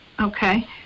Okay